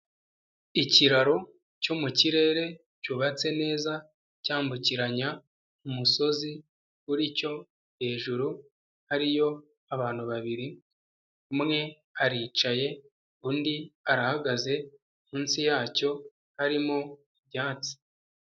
Ikiraro cyo mu kirere cyubatse neza cyambukiranya umusozi uri cyo hejuru hariyo abantu babiri umwe aricaye undi arahagaze munsi yacyo harimo ibyatsi.